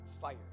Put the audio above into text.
Fire